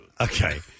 Okay